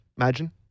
Imagine